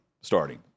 starting